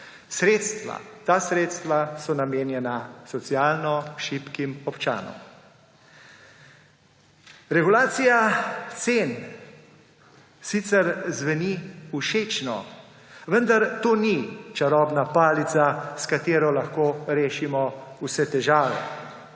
Ta sredstva so namenjena socialno šibkim občanom. Regulacija cen sicer zveni všečno, vendar to ni čarobna palica, s katero lahko rešimo vse težave.